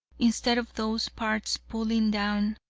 instead of those parts pulling down,